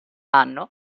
anno